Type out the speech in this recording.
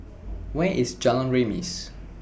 Where IS Jalan Remis